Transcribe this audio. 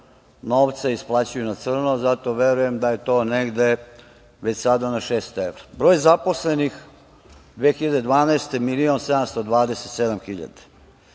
novca isplaćuju na crno, zato verujem da je to negde već sada na 600 evra. Broj zaposlenih 2012. godine – 1.727.000